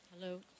Hello